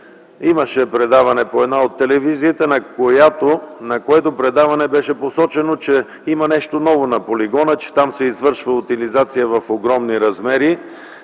имаше предаване по една от телевизиите, в което предаване беше посочено, че на полигона има нещо ново, че там се извършва утилизация в огромни размери,